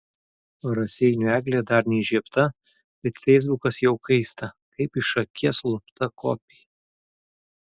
raseinių eglė dar neįžiebta bet feisbukas jau kaista kaip iš akies lupta kopija